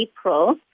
April